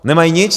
Nemají nic.